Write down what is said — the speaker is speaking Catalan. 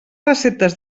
receptes